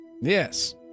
Yes